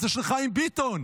זה של חיים ביטון,